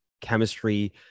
chemistry